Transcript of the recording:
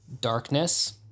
darkness